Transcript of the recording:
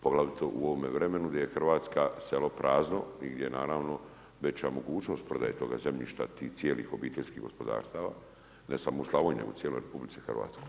Poglavito u ovome vremenu gdje je Hrvatska, selo prazno i gdje je naravno, veća mogućnost prodaje toga zemljišta i cijelih obiteljskih gospodarstava, ne samo u Slavoniji, nego u cijeloj RH.